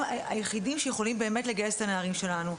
היחידים שיכולים באמת לגייס את הנערים שלנו,